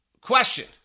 question